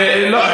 שום הפגנות,